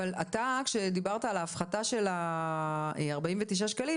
אבל כשאתה דיברת על ההפחתה של 49 שקלים